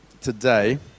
today